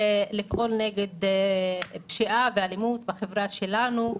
לפעול נגד פשיעה ואלימות בחברה שלנו,